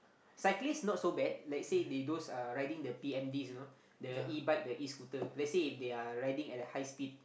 cyclists not so bad let say they those Uh riding the P_M_Ds you know the E-bike the E-scooter lets say if they're riding at a high speed